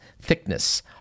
thickness